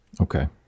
Okay